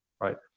right